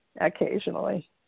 occasionally